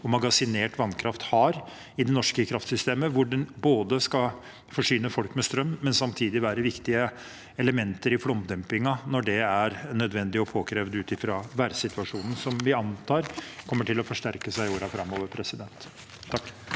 magasinert vannkraft har i det norske kraftsystemet, hvor den både skal forsyne folk med strøm og samtidig være et viktig element i flomdempingen når det er nødvendig og påkrevd ut fra den værsituasjonen som vi antar kommer til å forsterke seg i årene framover. Presidenten